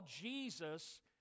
Jesus